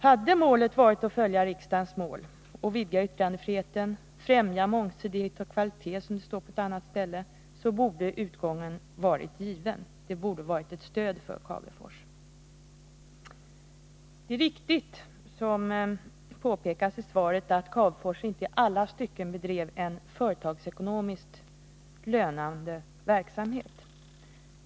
Hade avsikten varit att följa riksdagens mål, att vidga yttrandefriheten och att främja mångsidighet och kvalitet, som det står på ett annat ställe, borde utgången ha varit given: det borde ha varit ett stöd för Cavefors. Det är riktigt, som det påpekas i svaret, att Cavefors inte i alla stycken bedrev en företagsekonomiskt lönande verksamhet.